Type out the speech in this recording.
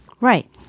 Right